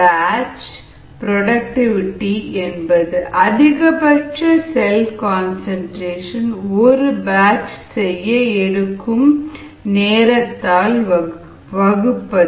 batch productivity என்பது அதிகபட்ச cell concentration ஒரு பேட்ச் செய்ய எடுக்கும் நேரத்தால் வகுத்தல்